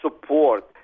support